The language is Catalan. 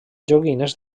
joguines